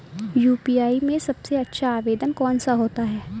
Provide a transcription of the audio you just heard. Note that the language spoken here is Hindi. यू.पी.आई में सबसे अच्छा आवेदन कौन सा होता है?